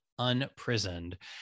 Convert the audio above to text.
Unprisoned